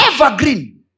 evergreen